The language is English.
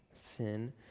sin